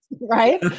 right